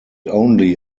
only